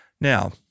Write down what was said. Now